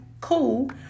cool